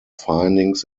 findings